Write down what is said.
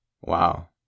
Wow